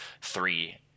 three